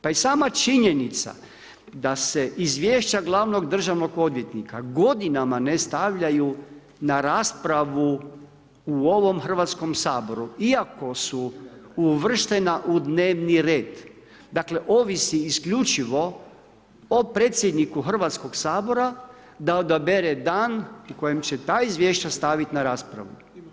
Pa i sama činjenica da se izvješća glavnog državnog odvjetnika godinama ne stavljaju na raspravu u ovom Hrvatskom saboru iako su uvrštena u dnevni red, dakle, ovisi isključivo o predsjedniku Hrvatskog sabora da odabere dan u kojem će ta izvješća staviti na raspravu.